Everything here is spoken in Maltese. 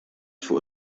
fuq